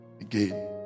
again